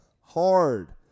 hard